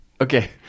Okay